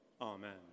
Amen